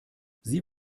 sie